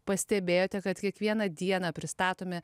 pastebėjote kad kiekvieną dieną pristatome